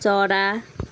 चरा